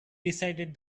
decided